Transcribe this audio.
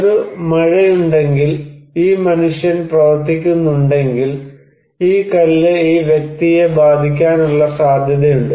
ഒരു മഴയുണ്ടെങ്കിൽ ഈ മനുഷ്യൻ പ്രവർത്തിക്കുന്നുണ്ടെങ്കിൽ ഈ കല്ല് ഈ വ്യക്തിയെ ബാധിക്കാനുള്ള സാധ്യതയുണ്ട്